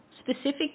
Specific